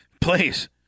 please